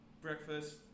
Breakfast